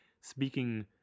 speaking